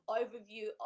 overview